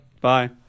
Bye